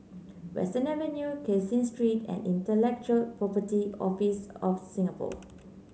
Western Avenue Caseen Street and Intellectual Property Office of Singapore